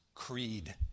creed